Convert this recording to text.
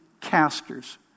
Casters